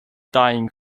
dying